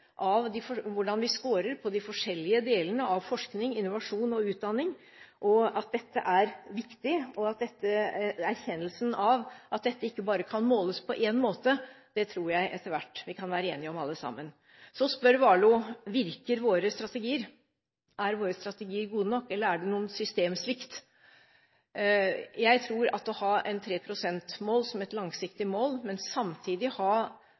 av hvordan vi skårer på de forskjellige delene av forskning, innovasjon og utdanning – og dette er viktig. Erkjennelsen av at dette ikke bare kan måles på én måte, tror jeg vi etter hvert kan være enige om alle sammen. Så spør Warloe: Virker våre strategier? Er våre strategier gode nok, eller er det noe systemsvikt? Jeg tror at å ha et 3 pst.-mål som et langsiktig mål og samtidig ha